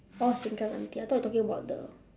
oh sengkang aunty I thought you talking about the